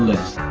lifts